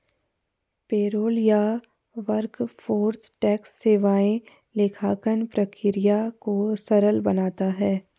payroll या workforce tax सेवाएं लेखांकन प्रक्रिया को सरल बनाता है